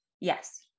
Yes